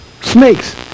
Snakes